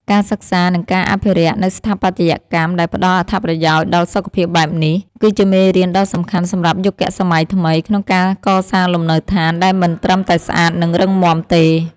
ការសិក្សា និងការអភិរក្សនូវស្ថាបត្យកម្មដែលផ្តល់អត្ថប្រយោជន៍ដល់សុខភាពបែបនេះ គឺជាមេរៀនដ៏សំខាន់សម្រាប់យុគសម័យថ្មី ក្នុងការកសាងលំនៅដ្ឋានដែលមិនត្រឹមតែស្អាត និងរឹងមាំទេ។